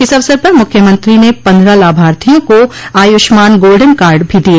इस अवसर पर मुख्यमंत्री ने पंद्रह लाभार्थियों को आयुष्मान गोल्डन कार्ड भी दिए